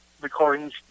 recordings